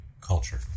culture